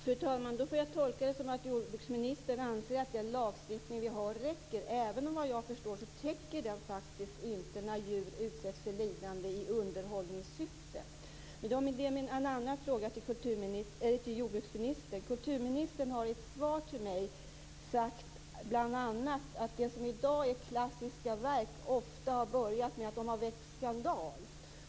Fru talman! Jag får tolka det så att jordbruksministern anser att den lagstiftning vi har räcker även om den, såvitt jag förstår, inte täcker fall när djur utsätts för lidande i underhållningssyfte. Kulturministern har i ett svar till mig sagt bl.a. att det som i dag är klassiska verk ofta har börjat med att väcka skandal.